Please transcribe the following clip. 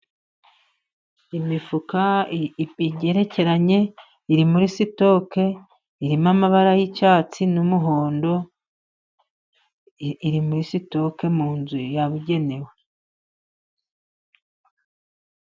Imifuka igerekeranye iri muri sitoke, irimo amabara y'icyatsi n'umuhondo, iri muri sitoke mu nzu yabugenewe.